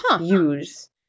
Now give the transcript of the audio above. use